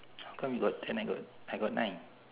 how come you got ten I got I got nine